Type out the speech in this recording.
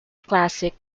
classic